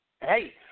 Hey